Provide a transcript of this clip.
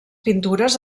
pintures